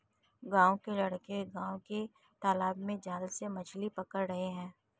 गांव के लड़के गांव के तालाब में जाल से मछली पकड़ रहे हैं